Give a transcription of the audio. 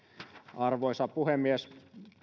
arvoisa puhemies